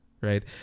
right